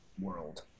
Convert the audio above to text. world